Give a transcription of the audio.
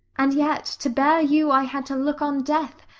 and yet, to bear you i had to look on death.